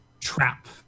trap